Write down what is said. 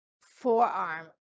forearm